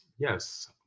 Yes